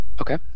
Okay